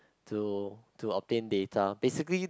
to to obtain data basically